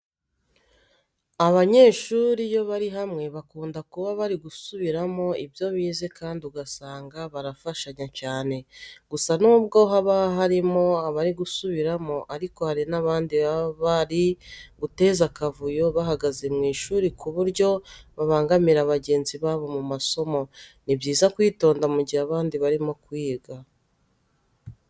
Abanyeshuri iyo bari hamwe bakunda kuba bari gusubiramo ibyo bize kandi ugasanga barafashanya cyane. Gusa nubwo haba harimo abari gusubiramo ariko hari n'abandi baba bari guteza akavuyo bahagaze mu ishuri ku buryo babangamira bagenzi babo mu masomo. Ni byiza kwitonda mu gihe abandi barimo kwiga.